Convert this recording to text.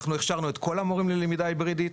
אנחנו הכשרנו את כל המורים ללמידה היברידית,